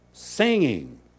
singing